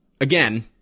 again